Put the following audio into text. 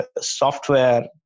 software